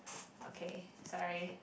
okay sorry